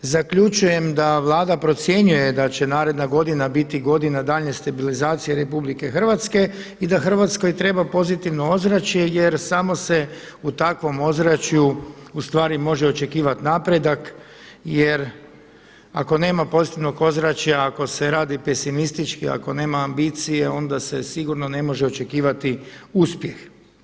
Zaključujem da Vlada procjenjuje da će naredna godina biti godina daljnje stabilizacije Republike Hrvatske i da Hrvatskoj treba pozitivno ozračje jer samo se u takvom ozračju ustvari može očekivati napredak jer ako nema pozitivnog ozračja, ako se radi pesimistički, ako nema ambicije onda se sigurno ne može očekivati uspjeh.